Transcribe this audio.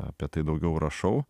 apie tai daugiau rašau